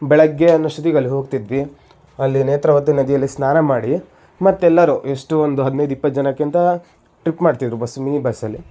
ಬೆಳಗ್ಗೆ ಅನ್ನೋಷ್ಟೊತ್ತಿಗಲ್ಲಿ ಹೋಗ್ತಿದ್ವಿ ಅಲ್ಲಿ ನೇತ್ರಾವತಿ ನದಿಯಲ್ಲಿ ಸ್ನಾನ ಮಾಡಿ ಮತ್ತೆಲ್ಲರೂ ಎಷ್ಟು ಒಂದು ಹದಿನೈದು ಇಪ್ಪತ್ತು ಜನಕ್ಕಿಂತ ಟ್ರಿಪ್ ಮಾಡ್ತಿದ್ರು ಬಸ್ ಮಿನಿ ಬಸ್ಸಲ್ಲಿ